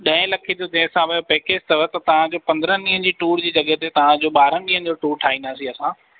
ॾहे लखें जे जंहिं हिसाब जो पैकेज अथव त तव्हां जो पंदरहनि ॾींहनि टूर जी जॻहि ते तव्हां जो ॿारहनि ॾींहनि जो टूर ठाहींदासीं असां